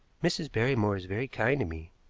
mrs. barrymore is very kind to me.